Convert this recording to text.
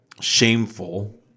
shameful